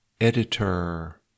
editor